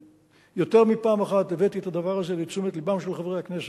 ואני יותר מפעם אחת הבאתי את הדבר הזה לתשומת לבם של חברי הכנסת,